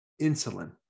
insulin